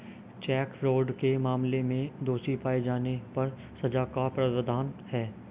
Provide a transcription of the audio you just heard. check fraud के मामले में दोषी पाए जाने पर सजा का प्रावधान है